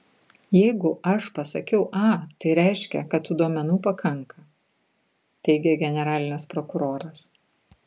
jeigu aš pasakiau a tai reiškia kad tų duomenų pakanka teigė generalinis prokuroras